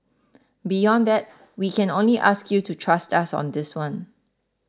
beyond that we can only ask you to trust us on this one